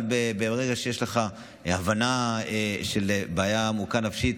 אבל ברגע שיש לך הבנה של בעיה עמוקה נפשית,